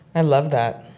i love that.